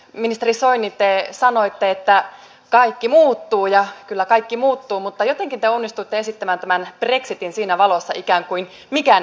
ministeri soini te sanoitte että kaikki muuttuu ja kyllä kaikki muuttuu mutta jotenkin te onnistuitte esittämään tämän brexitin siinä valossa että ikään kuin mikään ei muuttuisi